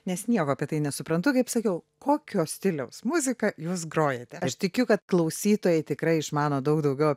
nes nieko apie tai nesuprantu kaip sakiau kokio stiliaus muziką jūs grojate aš tikiu kad klausytojai tikrai išmano daug daugiau apie